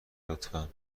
لطفا